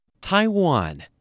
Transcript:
Taiwan